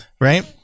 Right